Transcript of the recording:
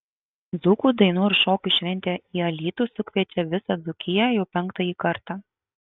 dzūkų dainų ir šokių šventė į alytų sukviečia visą dzūkiją jau penktąjį kartą